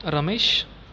Ramesh